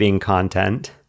content